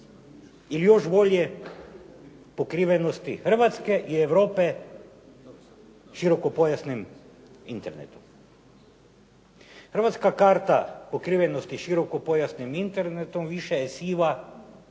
Ili još bolje, pokrivenosti Hrvatske i Europe širokopojasnim internetom. Hrvatska karta pokrivenosti širokopojasnim internetom više je siva